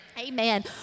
Amen